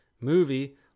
movie